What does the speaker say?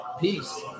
peace